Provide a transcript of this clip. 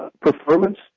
performance